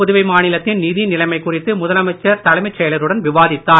புதுவை மாநிலத்தின் நிதி நிலைமை குறித்து முதலமைச்சர் தலைமைச் செயலருடன் விவாதித்தார்